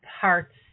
parts